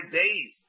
days